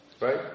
right